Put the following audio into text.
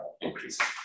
increasing